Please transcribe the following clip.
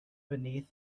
beneath